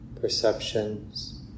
perceptions